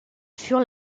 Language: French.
furent